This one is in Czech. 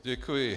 Děkuji.